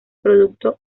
producto